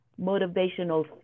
motivational